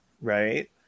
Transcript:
right